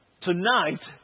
Tonight